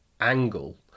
angle